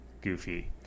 goofy